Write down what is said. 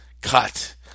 cut